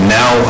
now